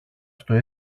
στο